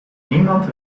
niemand